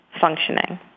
functioning